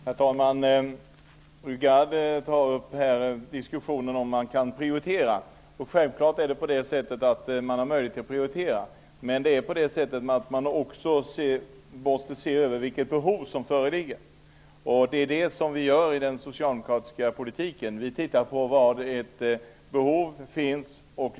Herr talman! Fru Gard tar upp till diskussion om man kan prioritera. Självklart har man möjlighet att prioritera. Men man måste också se över vilket behov som föreligger. Det är det vi gör i den socialdemokratiska politiken. Vi tittar på var ett behov finns.